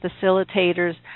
facilitators